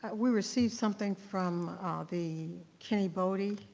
um we received something from the, kenny boddye.